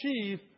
achieve